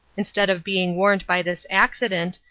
instead of being warned by this accident,